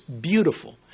beautiful